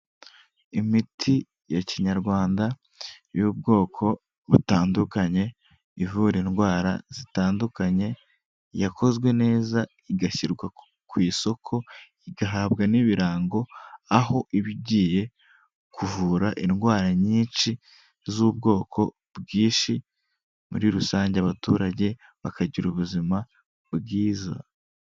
Imiti ya kinyarwanda y'ubwoko butandukanye, ivura indwara zitandukanye, yakozwe neza igashyirwa ku isoko, igahabwa n'ibirango, aho iba igiye kuvura indwara nyinshi, z'ubwoko bwinshi, muri rusange abaturage bakagira ubuzima bwiza.